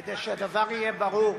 כדי שהדבר יהיה ברור,